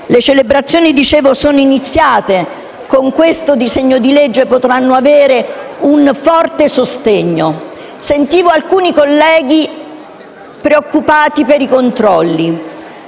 Le celebrazioni sono iniziate e con questo disegno di legge potranno avere un forte sostegno. Sentivo alcuni colleghi preoccupati per i controlli,